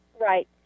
Right